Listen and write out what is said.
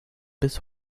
bis